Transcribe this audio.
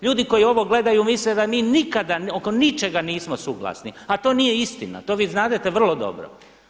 Ljudi koji ovo gledaju misle da mi nikada, oko ničega nismo suglasni a to nije istina, to vi znadete vrlo dobro.